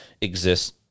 exists